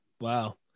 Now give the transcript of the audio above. Wow